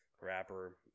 wrapper